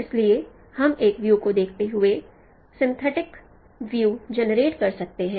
इसलिए हम एक व्यू को देखते हुए सिंथेटिक व्यू जेनरेट कर सकते हैं